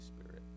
Spirit